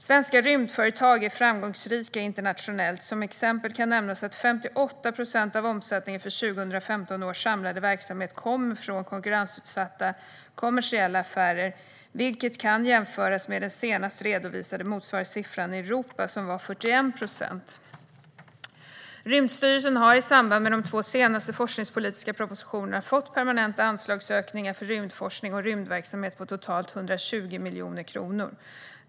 Svenska rymdföretag är framgångsrika internationellt. Som exempel kan nämnas att 58 procent av omsättningen för 2015 års samlade verksamhet kommer från konkurrensutsatta kommersiella affärer, vilket kan jämföras med den senast redovisade motsvarande siffran i Europa, som var 41 procent. Rymdstyrelsen har i samband med de två senaste forskningspolitiska propositionerna fått permanenta anslagsökningar för rymdforskning och rymdverksamhet på totalt 120 miljoner kronor.